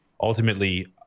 ultimately